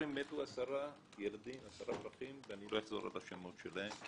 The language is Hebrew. יש פה עשרה ילדים מתים שלא אחזור על השמות שלהם,